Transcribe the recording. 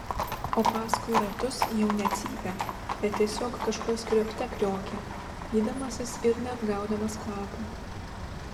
o paskui ratus jau ne cypė bet tiesiog kažkas kriokte kriokė vydamasis ir neatgaudamas kvapo